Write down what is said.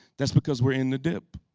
that's because we're in the dip.